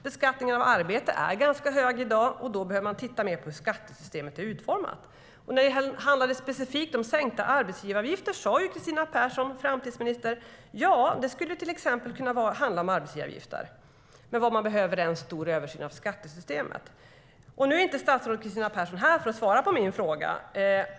Beskattningen av arbete är ganska hög i dag, och då behöver man titta mer på hur skattesystemet är utformat. När det handlade specifikt om sänkta arbetsgivaravgifter sa framtidsminister Kristina Persson: Ja, det skulle till exempel kunna handla om arbetsgivaravgifter. Men vad man behöver är en stor översyn av skattesystemet. Nu är inte statsrådet Kristina Persson här för att svara på min fråga.